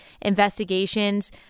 investigations